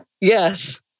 Yes